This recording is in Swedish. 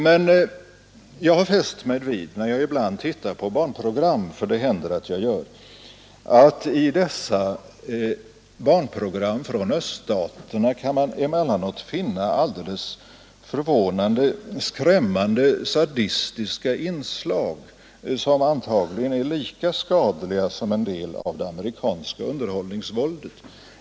Men när jag ibland tittar på barnprogram — för det händer att jag gör det — har jag fäst mig vid att i barnprogram från öststaterna kan man emellanåt finna alldeles förvånande och skrämmande sadistiska inslag, som påtagligen är lika skadliga som en del av det amerikanska underhållningsvåldet.